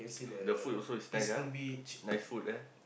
the food also is nice ah nice food eh